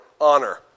honor